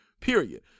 period